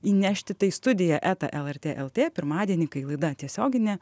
įnešti tai studija eta lrt lt pirmadienį kai laida tiesioginė